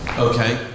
Okay